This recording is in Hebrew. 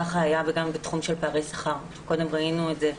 ככה היה גם בתחום של פערי שכר, קודם ראינו את זה,